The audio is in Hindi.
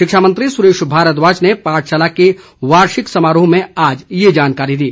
शिक्षा मंत्री सुरेश भारद्वाज ने पाठशाला के वार्षिक समारोह में आज यह जानकारी दी